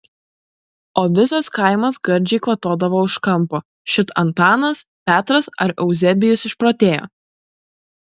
o visas kaimas gardžiai kvatodavo už kampo šit antanas petras ar euzebijus išprotėjo